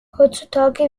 heutzutage